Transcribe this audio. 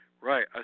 Right